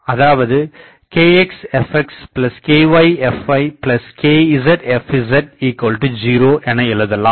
அதாவது kxfxkyfykzfz0எனஎழுதலாம்